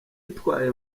itwaye